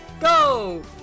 go